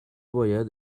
باید